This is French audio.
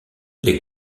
les